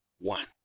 one